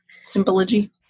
Symbology